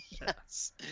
yes